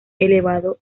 elevado